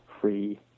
free